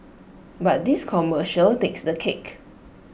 but this commercial takes the cake